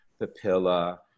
papilla